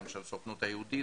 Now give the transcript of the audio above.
גם של הסוכנות היהודית